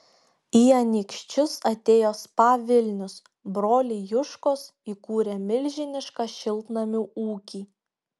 į anykščius atėjo spa vilnius broliai juškos įkūrė milžinišką šiltnamių ūkį